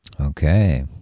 Okay